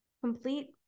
complete